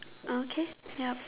okay yup